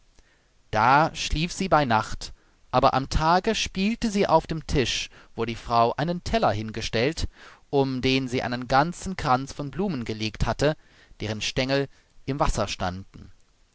da schlief sie bei nacht aber am tage spielte sie auf dem tisch wo die frau einen teller hingestellt um den sie einen ganzen kranz von blumen gelegt hatte deren stengel im wasser standen